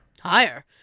Higher